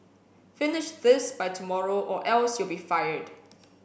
finish this by tomorrow or else you'll be fired